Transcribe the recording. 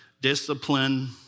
discipline